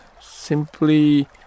simply